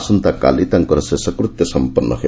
ଆସନ୍ତାକାଲି ତାଙ୍କର ଶେଷକୃତ୍ୟ ସମ୍ମନ୍ ହେବ